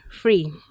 free